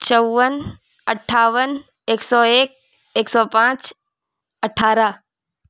چون اٹھاون ایک سو ایک ایک سو پانچ اٹھارہ